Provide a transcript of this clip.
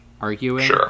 arguing